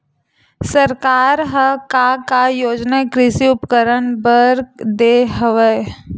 सरकार ह का का योजना कृषि उपकरण बर दे हवय?